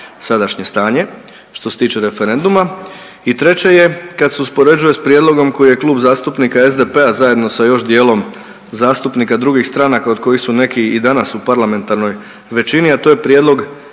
sadašnje stanje što se tiče referenduma. I treće je kad se uspoređuje s prijedlogom koji je Klub zastupnika SDP-a zajedno sa još dijelom zastupnika drugih stranaka od kojih su neki i danas u parlamentarnoj većini, a to je prijedlog